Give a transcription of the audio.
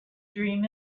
dream